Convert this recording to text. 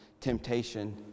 temptation